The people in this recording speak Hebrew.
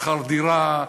שכר דירה.